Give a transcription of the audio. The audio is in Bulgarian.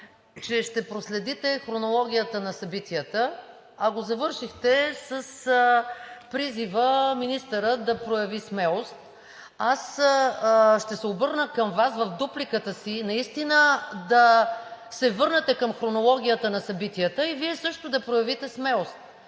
че ще проследите хронологията на събитията и го завършихте с призив към министъра – да прояви смелост, в дупликата си аз ще се обърна към Вас наистина да се върнете към хронологията на събитията и Вие също да проявите смелост.